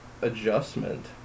adjustment